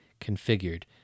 configured